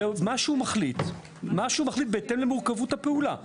מה שהוא מחליט בהתאם למורכבות הפעולה.